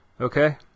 okay